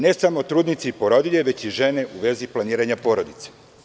Ne samo trudnice i porodilje, već i žene u vezi planiranja porodice.